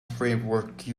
framework